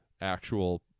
actual